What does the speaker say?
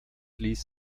ließ